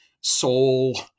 soul